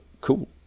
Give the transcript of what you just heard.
Cool